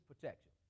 protection